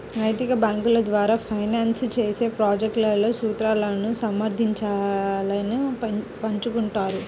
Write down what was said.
నైతిక బ్యేంకుల ద్వారా ఫైనాన్స్ చేసే ప్రాజెక్ట్లలో సూత్రాలను సమర్థించాలను పంచుకుంటారు